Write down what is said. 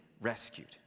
rescued